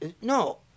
No